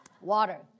water